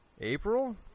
April